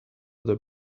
their